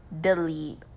delete